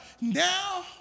now